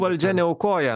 valdžia neaukoja